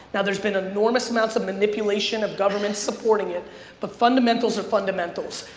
now there's been enormous amounts of manipulation of government supporting it but fundamentals are fundamentals.